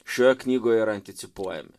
šioje knygoje yra anticipuojami